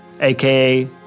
aka